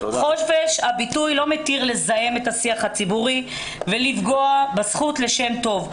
חופש הביטוי לא מתיר לזהם את השיח הציבורי ולפגוע בזכות לשם טוב.